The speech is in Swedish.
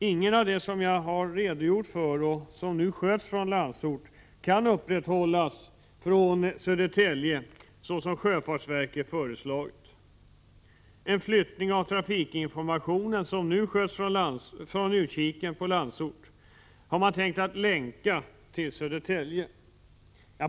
Ingen av de uppgifter som jag har redogjort för och som nu sköts på Landsort kan upprätthållas från Södertälje, som sjöfartsverket har föreslagit. En flyttning av trafikinformationen, som nu sköts från utkiken från Landsort, har man tänkt skall länkas till Södertälje.